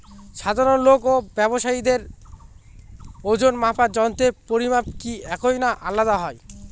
সাধারণ লোক ও ব্যাবসায়ীদের ওজনমাপার যন্ত্রের পরিমাপ কি একই না আলাদা হয়?